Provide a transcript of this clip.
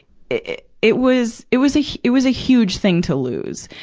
it, it, it was, it was a, it was a huge thing to lose.